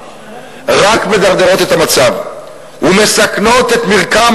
רק מדרדרות את המצב ומסכנות את מרקם